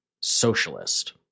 socialist